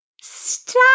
Stop